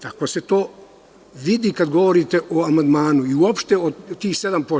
Tako se to vidi kada govorite o amandmanu i uopšte o tih 7%